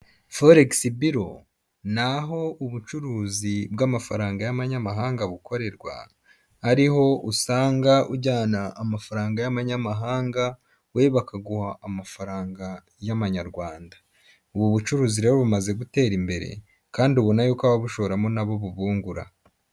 Foregisi biro ni aho ubucuruzi bw'amafaranga y'amanyamahanga bukorerwa, ariho usanga ujyana amafaranga y'abanyamahanga we bakaguha amafaranga y'amanyarwanda. Ubu bucuruzi rero bumaze gutera imbere kandi ubona yuko ababushoramo nabo bubungura.